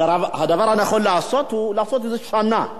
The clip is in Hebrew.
הדבר הנכון לעשות הוא לעשות את זה שנה.